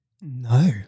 No